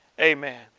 Amen